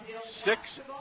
six